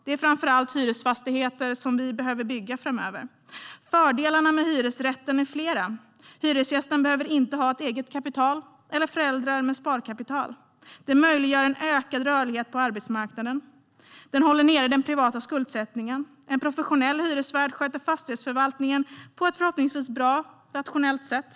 Det är framför allt hyresfastigheter vi behöver bygga framöver. Fördelarna med hyresrätten är flera. Hyresgästen behöver inte ha eget kapital eller föräldrar med sparkapital. Hyresrätten möjliggör en ökad rörlighet på arbetsmarknaden. Den håller nere den privata skuldsättningen. En professionell hyresvärd sköter fastighetsförvaltningen på ett förhoppningsvis bra och rationellt sätt.